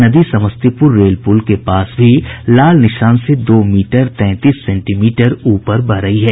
नदी समस्तीपुर रेल पुल के पास लाल निशान से दो मीटर तैंतीस सेंटीमीटर ऊपर बह रही है